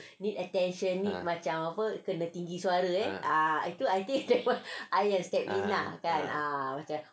ah ah ah